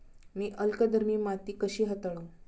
मी अल्कधर्मी माती कशी हाताळू?